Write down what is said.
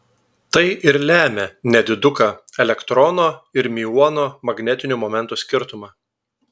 tai ir lemia nediduką elektrono ir miuono magnetinių momentų skirtumą